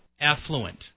affluent